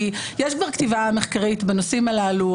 יש כבר כתיבה מחקרית בנושאים הללו,